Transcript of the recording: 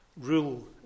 rule